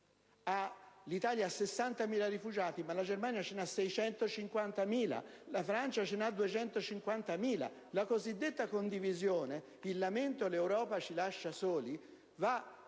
l'Italia ha 60.000 rifugiati, ma la Germania ne ha 650.000, la Francia 250.000. La cosiddetta condivisione, il lamento per cui «l'Europa ci lascia soli» va